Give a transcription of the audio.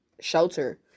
shelter